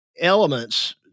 elements